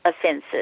offenses